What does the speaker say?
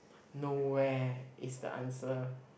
no where is the answer